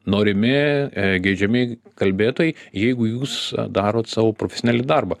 norimi geidžiami kalbėtojai jeigu jūs darot savo profesionaliai darbą